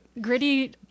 gritty